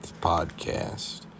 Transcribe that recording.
podcast